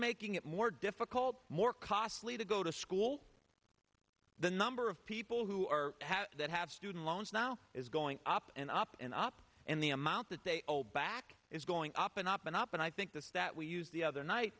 making it more difficult more costly to go to school the number of people who are that have student loans now is going up and up and up and the amount that they owe back is going up and up and up and i think this that we use the other night